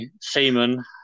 Seaman